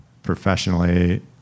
Professionally